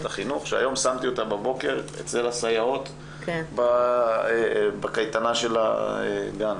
החינוך שהיום שמתי אותה בבוקר אצל הסייעות בקייטנה של הגן.